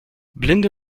blinde